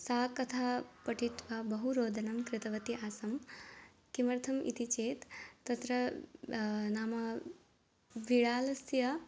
सा कथां पठित्वा बहुरोदनं कृतवती आसम् किमर्थम् इति चेत् तत्र नाम बिडालस्य